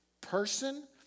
person